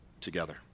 together